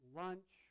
lunch